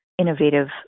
innovative